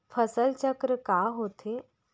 फसल चक्र का होथे?